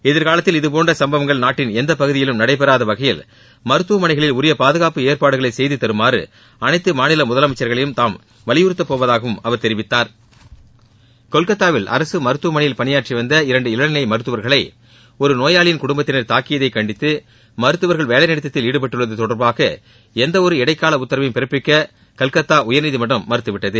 எதிர்காலத்தில் இதுபோன்ற சும்பவங்கள் நாட்டின் எந்த பகுதியிலும் நடைபெறாத வகையிலமருத்துவமனைகளில் உரிய பாதுகாப்பு ஏற்பாடுகளை செய்து தருமாறு அனைத்து மாநில முதலமைச்சர்களையும் தாம் வலியுறுத்தப்போவதாகவும் அவர் தெரிவித்தார் கொல்கத்தாவில் அரசு மருத்துவமனையில் பணியாற்றிவந்த இரண்டு இளநிலை மருத்துவர்களை ஒரு நோயாளியின் குடும்பத்தினர் தாக்கியதை கண்டித்து மருத்துவர்கள் வேலை நிறுத்தத்தில் ஈடுபட்டுள்ளது தொடர்பாக எந்த ஒரு இடைக்கால உத்தரவையும் பிறப்பிக்க கல்கத்தா உயர்நீதிமன்றம் மறுத்துவிட்டது